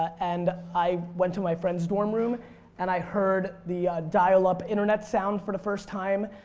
and i went to my friends dorm room and i heard the dial-up internet sound for the first time.